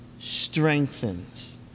strengthens